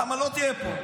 למה לא תהיה פה.